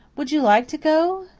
would you like to go?